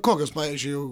kokios pavyzdžiui